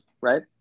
Right